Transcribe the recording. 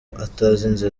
atazi